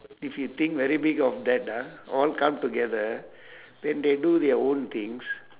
if you think very big of that ah all come together then they do their own things